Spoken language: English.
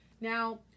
now